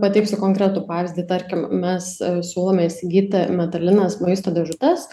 pateiksiu konkretų pavyzdį tarkim mes siūlome įsigyti metalines maisto dėžutes